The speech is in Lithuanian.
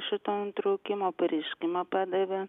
šito nutraukimo pareiškimą padavė